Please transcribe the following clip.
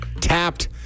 Tapped